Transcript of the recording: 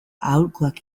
aholkuak